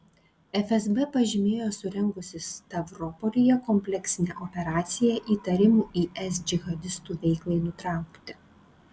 fsb pažymėjo surengusi stavropolyje kompleksinę operaciją įtariamų is džihadistų veiklai nutraukti